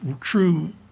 true